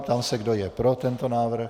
Ptám se, kdo je pro tento návrh.